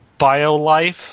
Biolife